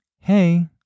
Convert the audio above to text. hey